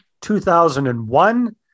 2001